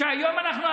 היום אנחנו,